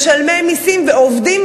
משלמים מסים ועובדים,